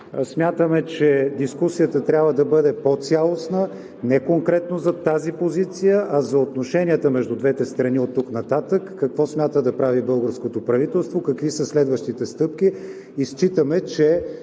Смятаме, че дискусията трябва да бъде по-цялостна, не конкретно за тази позиция, а за отношенията между двете страни оттук нататък – какво смята да прави българското правителство, какви са следващите стъпки?